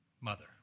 mother